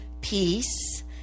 peace